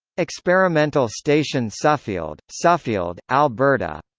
experimental station suffield, suffield, alberta